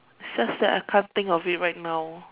it's just that I can't think of it right now